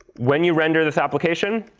when you render this application,